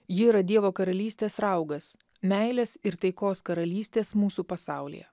ji yra dievo karalystės raugas meilės ir taikos karalystės mūsų pasaulyje